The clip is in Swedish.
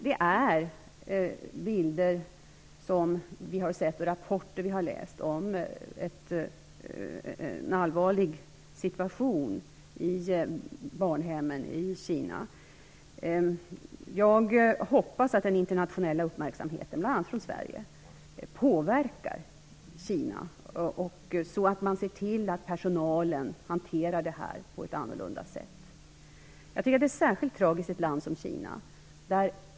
De bilder vi har sett och de rapporter vi har läst visar en allvarlig situation på barnhemmen i Kina. Jag hoppas att den internationella uppmärksamheten, bl.a. från Sverige, påverkar Kina så att man ser till att personalen hanterar det på ett annorlunda sätt. Jag tycker att detta är särskilt tragiskt i ett land som Kina.